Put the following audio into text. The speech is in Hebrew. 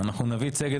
אנחנו נביא צדק.